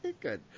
good